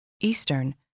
Eastern